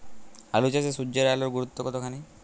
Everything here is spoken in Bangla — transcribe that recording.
আলু চাষে সূর্যের আলোর গুরুত্ব কতখানি?